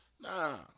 Nah